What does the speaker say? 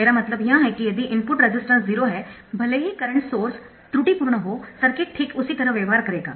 मेरा मतलब यह है कि यदि इनपुट रेजिस्टेंस 0 है भले ही करंट सोर्स त्रुटिपूर्ण हो सर्किट ठीक उसी तरह व्यवहार करेगा